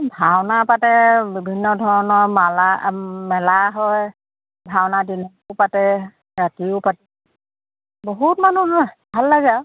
ভাওনা পাতে বিভিন্ন ধৰণৰ মালা মেলা হয় ভাওনা দিনতো পাতে ৰাতিও পাতে বহুত মানুহ হয় ভাল লাগে আৰু